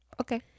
Okay